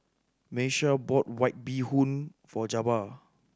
Miesha bought White Bee Hoon for Jabbar